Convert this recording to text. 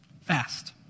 Fast